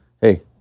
Hey